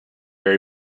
very